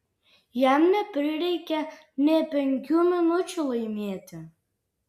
jam neprireikė nė penkių minučių laimėti